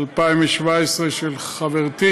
התשע''ז 2017, של חברתי